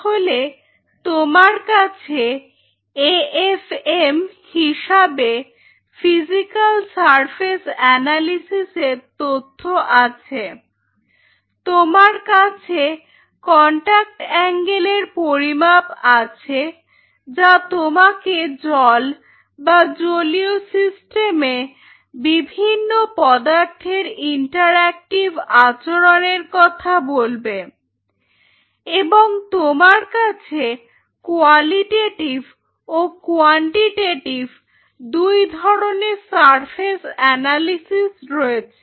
তাহলে তোমার কাছে এএফএম হিসাবে ফিজিক্যাল সারফেস অ্যানালিসিস এর তথ্য আছে তোমার কাছে কন্টাক্ট অ্যাঙ্গেলের পরিমাপ আছে যা তোমাকে জল বা জলীয় সিস্টেমে বিভিন্ন পদার্থের ইন্টারঅ্যাকটিভ আচরণের কথা বলবে এবং তোমার কাছে কোয়ালিটেটিভ ও কোয়ান্টিটেটিভ দুই ধরনেরই সারফেস অ্যানালিসিস রয়েছে